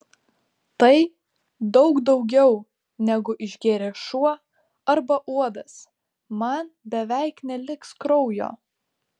tai daug daugiau negu išgėrė šuo arba uodas man beveik neliks kraujo